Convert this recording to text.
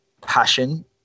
passion